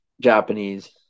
Japanese